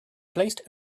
placed